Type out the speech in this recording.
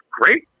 great